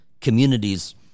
communities